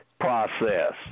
process